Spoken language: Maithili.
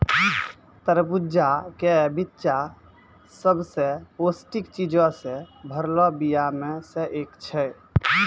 तरबूजा के बिच्चा सभ से पौष्टिक चीजो से भरलो बीया मे से एक छै